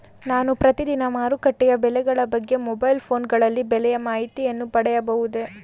ನಾನು ಪ್ರತಿದಿನ ಮಾರುಕಟ್ಟೆಯ ಬೆಲೆಗಳ ಬಗ್ಗೆ ಮೊಬೈಲ್ ಫೋನ್ ಗಳಲ್ಲಿ ಬೆಲೆಯ ಮಾಹಿತಿಯನ್ನು ಪಡೆಯಬಹುದೇ?